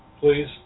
please